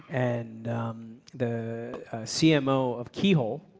and the cmo of keyhole,